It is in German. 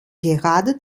gerade